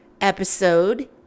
episode